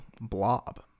blob